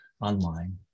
online